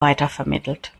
weitervermittelt